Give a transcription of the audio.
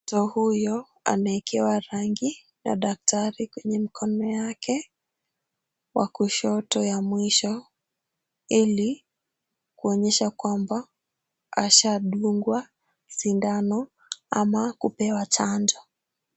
Mtoto huyo amewekewa rangi na daktari kwenye mkono yake wa kushoto ya mwisho, ili kuonyesha kwamba ashadungwa sindano ama kupewa chanjo.